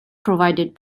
provided